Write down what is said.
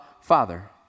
Father